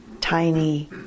tiny